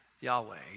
Yahweh